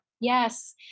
Yes